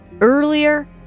earlier